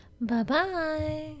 Bye-bye